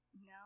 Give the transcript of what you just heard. No